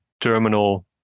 terminal